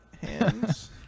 hands